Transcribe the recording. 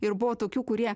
ir buvo tokių kurie